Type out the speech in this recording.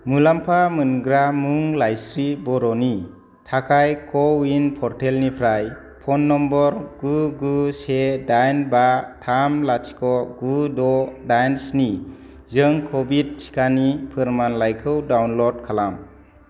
मुलाम्फा मोनग्रा मुं लाइस्रि बर'नि थाखाय कउइन पर्टेलनिफ्राय फन नम्बर गु गु से डाइन बा थाम लाथिख' गु द' डाइन स्नि जों कभिड टिकानि फोरमानलाइखौ डाउनलड खालाम